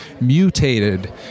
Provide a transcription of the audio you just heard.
mutated